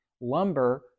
Lumber